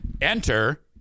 Enter